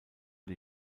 die